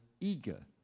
eager